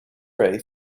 ray